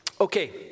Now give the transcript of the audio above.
Okay